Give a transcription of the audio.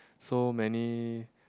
so many